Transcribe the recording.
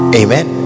amen